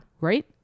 right